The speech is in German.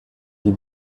die